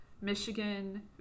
Michigan